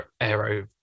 aero